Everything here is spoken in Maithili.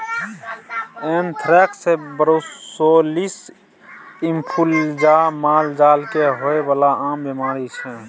एन्थ्रेक्स, ब्रुसोलिस इंफ्लुएजा मालजाल केँ होइ बला आम बीमारी छै